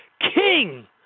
king